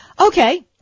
Okay